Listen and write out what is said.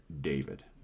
David